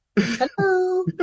Hello